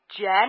Jen